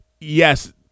yes